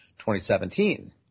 2017